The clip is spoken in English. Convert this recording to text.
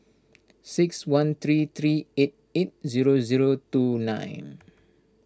six one three three eight eight zero zero two nine